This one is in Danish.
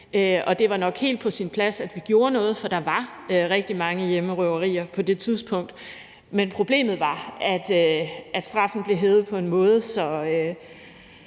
Det var nok helt på sin plads, at vi gjorde noget, for der var rigtig mange hjemmerøverier på det tidspunkt, men problemet var, at straffen blev hævet på en måde,